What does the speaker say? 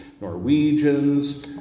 Norwegians